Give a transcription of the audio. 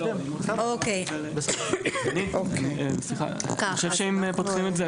אני חושב שאם פותחים את זה,